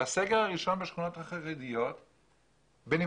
בסגר הראשון בשכונות החרדיות, בנפרד,